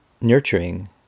Nurturing